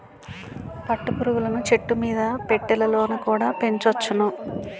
పట్టు పురుగులను చెట్టుమీద పెట్టెలలోన కుడా పెంచొచ్చును